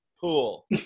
pool